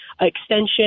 extension